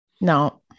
No